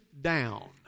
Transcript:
down